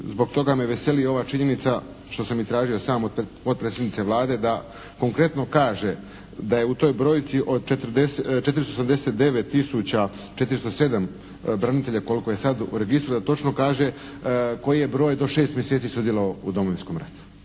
zbog toga me veseli i ova činjenica što sam i tražio sam od potpredsjednice Vlade da konkretno kaže da je u toj brojci od 489 000, 407 branitelja koliko je sad u registru da točno kaže koji je broj do šest mjeseci sudjelovao u Domovinskom ratu.